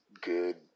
Good